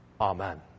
Amen